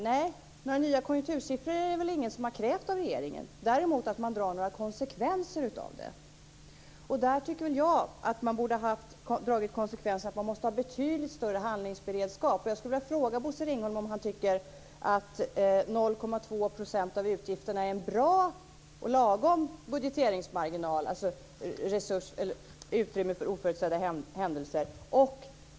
Nej, några nya konjunktursiffror är det väl ingen som har krävt av regeringen. Däremot gäller det att man drar konsekvenser. Där tycker jag väl att man borde ha dragit konsekvensen att man måste ha betydligt större handlingsberedskap. Jag skulle vilja fråga Bosse Ringholm om han tycker att 0,2 % av utgifterna är en bra och lagom budgeteringsmarginal, alltså i fråga om utrymme för oförutsedda händelser.